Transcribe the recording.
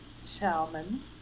salmon